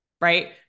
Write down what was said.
right